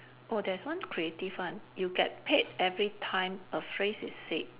oh there's one creative one you get paid every time a phrase is said